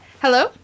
Hello